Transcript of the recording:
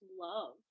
love